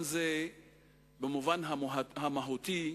במובן המהותי,